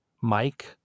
Mike